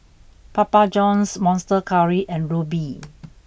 Papa Johns Monster Curry and Rubi